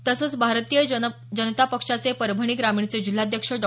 तसंच भारतीय जनता पक्षाचे परभणी ग्रामीणचे जिल्हाध्यक्ष डॉ